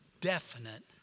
definite